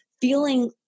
feeling